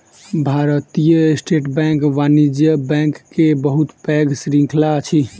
भारतीय state bank वाणिज्य bank के बहुत पैघ श्रृंखला अछि